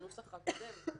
שהנוסח הקודם,